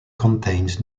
contains